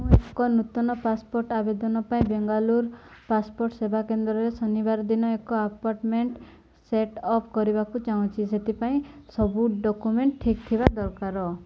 ମୁଁ ଏକ ନୂତନ ପାସପୋର୍ଟ୍ ଆବେଦନ ପାଇଁ ବେଙ୍ଗାଲୁରୁ ପାସପୋର୍ଟ୍ ସେବା କେନ୍ଦ୍ରରେ ଶନିବାର ଦିନ ଏକ ଆପଏଣ୍ଟ୍ମେଣ୍ଟ୍ ସେଟ୍ ଅପ୍ କରିବାକୁ ଚାହୁଁଛି ସେଥିପାଇଁ ସବୁ ଡକୁମେଣ୍ଟ୍ ଠିକ୍ ଥିବା ଦରକାର